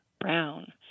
brown